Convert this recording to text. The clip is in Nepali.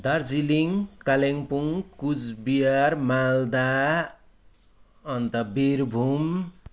दार्जिलिङ कालिम्पोङ कुचबिहार मालदा अन्त बिरभुम